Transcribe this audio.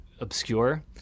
obscure